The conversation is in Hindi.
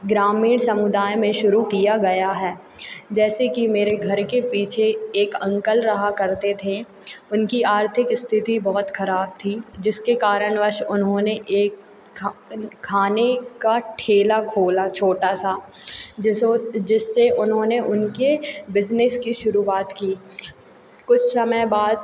ग्रामीण समुदाय में शुरू किया गया है जैसे कि मेरे घर के पीछे एक अंकल रहा करते थे उनकी आर्थिक स्थिति बहुत खराब थी जिसके कारणवश उन्होंने एक खा खाने का ठेला खोला छोटा सा जैसो जिससे उन्होंने उनके बिजनेस की शुरुआत की कुछ समय बाद